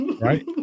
right